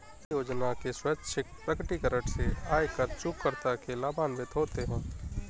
आय योजना के स्वैच्छिक प्रकटीकरण से आयकर चूककर्ता लाभान्वित होते हैं